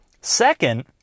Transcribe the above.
Second